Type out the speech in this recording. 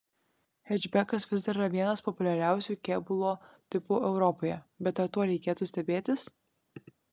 hečbekas vis dar yra vienas populiariausių kėbulo tipų europoje bet ar tuo reikėtų stebėtis